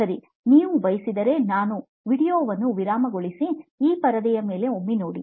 ಸರಿ ನೀವು ಬಯಸಿದರೆ ನೀವು ವೀಡಿಯೊವನ್ನು ವಿರಾಮಗೊಳುಹಿಸಿ ಈ ಪರದೆಯ ಮೇಲೆ ಒಮ್ಮೆ ನೋಡಿ